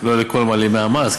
לא לכל מעלימי המס,